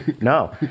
No